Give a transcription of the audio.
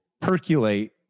percolate